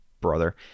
brother